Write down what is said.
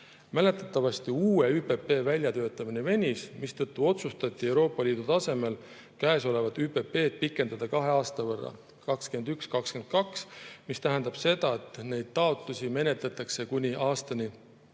Mäletatavasti uue ÜPP väljatöötamine venis, mistõttu otsustati Euroopa Liidu tasemel käesolevat ÜPP‑d pikendada kahe aasta võrra, 2021–2022, mis tähendab seda, et neid taotlusi menetletakse kuni 2025.